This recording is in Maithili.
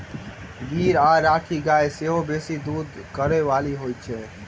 गीर आ राठी गाय सेहो बेसी दूध करय बाली होइत छै